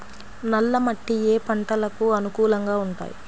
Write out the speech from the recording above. నల్ల మట్టి ఏ ఏ పంటలకు అనుకూలంగా ఉంటాయి?